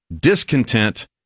discontent